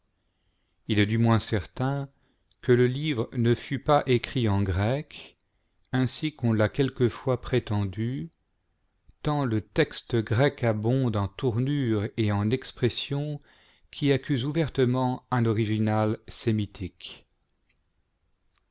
il est du moins certain que le livre ne fut pas écrit en grec ainsi qu'on l'a quelquefois prétendu tant le texte grec abonde en tournures et en expressions qui accusent ouvertement un original sémitique